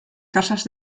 casas